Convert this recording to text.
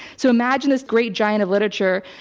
so imagine this great giant of literature,